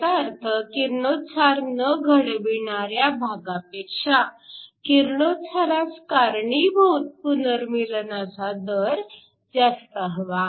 ह्याचा अर्थ किरणोत्सार न घडविणाऱ्या भागापेक्षा किरणोत्सारास कारणीभूत पुनर्मीलनाचा दर जास्त हवा